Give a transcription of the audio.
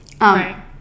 Right